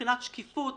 מבחינת שקיפות,